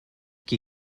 qui